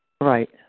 Right